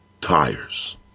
tires